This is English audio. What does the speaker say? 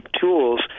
tools